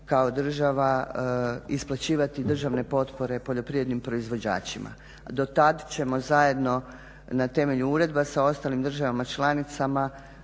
kao država isplaćivati državne potpore poljoprivrednim proizvođačima. Do tad ćemo zajedno na temelju uredba sa ostalim državama članicama